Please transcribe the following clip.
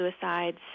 suicides